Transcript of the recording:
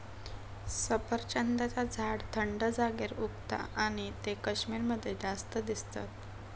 सफरचंदाचा झाड थंड जागेर उगता आणि ते कश्मीर मध्ये जास्त दिसतत